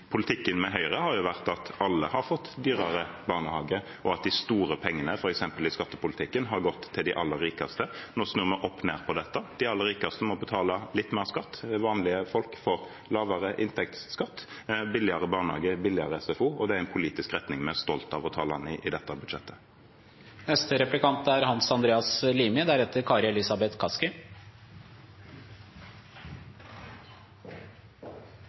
vært at alle har fått dyrere barnehage, og at de store pengene – f.eks. i skattepolitikken – har gått til de aller rikeste. Nå snur vi opp ned på det. De aller rikeste må betale litt mer skatt. Vanlige folk får lavere inntektsskatt, billigere barnehage og billigere SFO. Dette er en politisk retning vi er stolte av å ta landet i gjennom dette budsjettet.